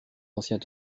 anciens